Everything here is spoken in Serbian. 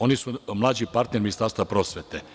Oni su mlađi partner Ministarstva prosvete.